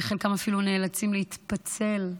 וחלקם אפילו נאלצים להתפצל,